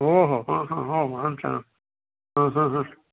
ओहो हा हा हो ह ह ह